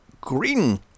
green